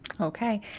okay